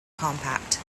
compact